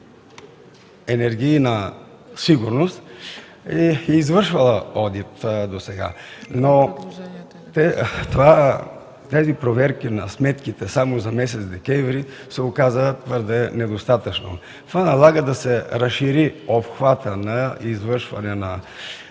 „Енергийна сигурност”, е извършвала одит досега, но тези проверки на сметките само за месец декември се оказаха твърде недостатъчни. Това налага да се разшири обхватът на извършване на